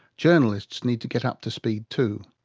journalists need to get up to speed too.